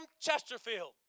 Chesterfield